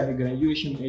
graduation